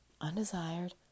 undesired